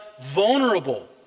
vulnerable